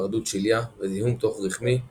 היפרדות שליה וזיהום תוך רחמי כוריואמניוניטיס.